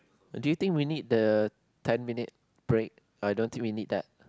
do you think we need the ten minutes break I don't think we need that